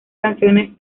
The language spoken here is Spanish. canciones